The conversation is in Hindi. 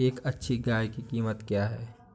एक अच्छी गाय की कीमत क्या है?